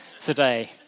today